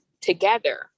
together